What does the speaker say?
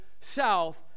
south